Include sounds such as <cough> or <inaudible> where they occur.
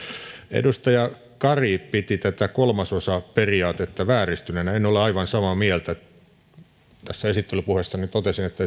edustaja kari piti tätä kolmasosaperiaatetta vääristyneenä en ole aivan samaa mieltä tässä esittelypuheessani totesin että <unintelligible>